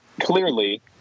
clearly